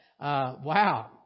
Wow